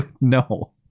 no